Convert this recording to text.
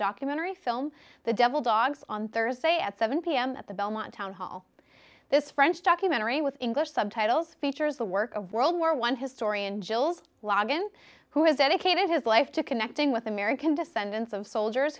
documentary film the devil dogs on thursday at seven pm at the belmont townhall this french documentary with english subtitles features the work of world war one historian jill's logon who has dedicated his life to connecting with american descendants of soldiers